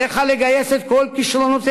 עליך לגייס את כל כישרונותיך